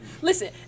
Listen